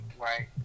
right